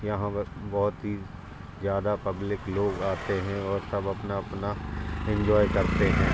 यहाँ पर बहुत ही ज़्यादा पब्लिक लोग आते हैं और सब अपना अपना इन्जॉय करते हैं